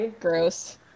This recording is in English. gross